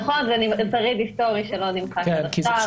נכון, זה שריד היסטורי שלא נמחק עד עכשיו.